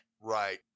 Right